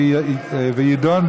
התשע"ט 2018,